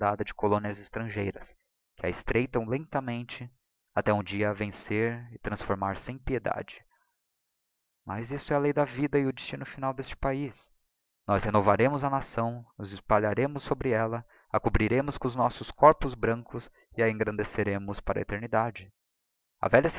de colónias extrangeiras que a estreitam lentamente até um dia a vencer e transformar sem piedade mas isto é a lei da vida e o destino fatal d'estc paiz nós renovaremos a nação nos espalharemos